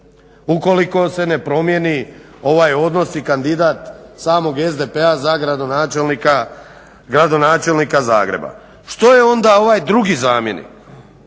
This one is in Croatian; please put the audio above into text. ukoliko se ne promijeni ovaj odnos i kandidat samog SDP-a za gradonačelnika Zagreba. Što je onda ovaj drugi zamjenik,